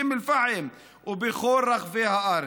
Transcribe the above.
באום אל-פחם ובכל רחבי הארץ,